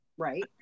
right